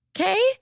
okay